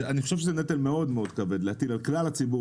אני חושב שזה נטל מאוד מאוד כבד להטיל על כלל הציבור